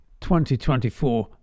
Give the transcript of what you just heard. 2024